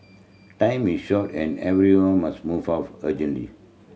time is short and everyone must move off urgently